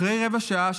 אחרי רבע שעה,